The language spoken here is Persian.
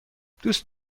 دوست